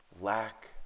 lack